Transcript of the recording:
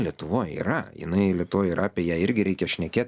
lietuvoj yra jinai lietuvoj yra apie ją irgi reikia šnekėti